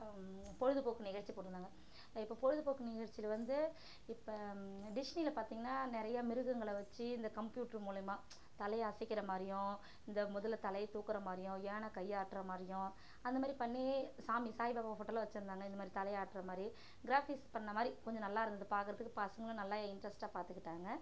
பொழுதுப்போக்கு நிகழ்ச்சி போட்டுருந்தாங்க இப்போ பொழுதுபோக்கு நிகழ்ச்சியில் வந்து இப்போ டிஸ்னில பார்த்தீங்கன்னா நிறையா மிருகங்களை வைச்சி இந்த கம்ப்யூட்டர் மூலமா தலையை அசைக்கிற மாதிரியும் இந்த முதலை தலையை தூக்குகிற மாதிரியும் யானை கையை ஆட்டுற மாரியும் அந்த மாதிரி பண்ணி சாமி சாய்பாபா ஃபோட்டோலாம் வெச்சுருந்தாங்க இந்த மாதிரி தலையை ஆட்டுற மாதிரி கிராஃபிக்ஸ் பண்ண மாதிரி கொஞ்சம் நல்லாயிருந்தது பாக்கிறதுக்கு பசங்களும் நல்லா இன்ட்ரெஸ்ட்டாக பார்த்துக்கிட்டாங்க